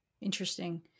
Interesting